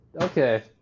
Okay